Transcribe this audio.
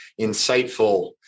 insightful